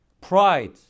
pride